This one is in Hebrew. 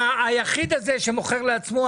היחיד הזה שמוכר לעצמו,